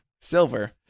Silver